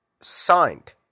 signed